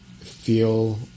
feel